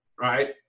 right